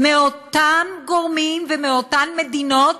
מאותם גורמים ומאותן מדינות